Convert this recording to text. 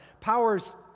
powers